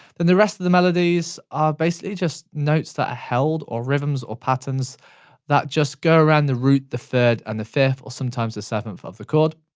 and the rest of the melodies are basically just notes that held, or rhythms, or patterns that just go around the root, the third, and the fifth, or sometimes the seventh of the chord,